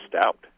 stout